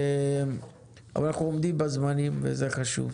אנחנו עומדים בזמנים וזה חשוב.